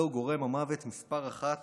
זהו גורם המוות מספר אחת